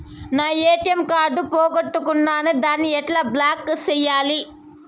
నా ATM card పోగొట్టుకున్నాను, దాన్ని ఎట్లా బ్లాక్ సేయాలి?